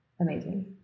amazing